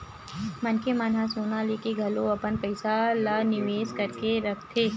मनखे मन ह सोना लेके घलो अपन पइसा ल निवेस करके रखथे